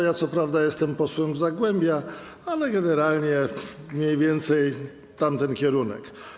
Ja co prawda jestem posłem z Zagłębia, ale generalnie mniej więcej tamten kierunek.